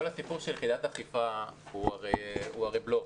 כל הסיפור של יחידת האכיפה הוא הרי בלוף.